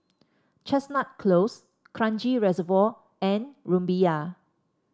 Chestnut Close Kranji Reservoir and Rumbia